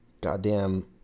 Goddamn